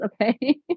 okay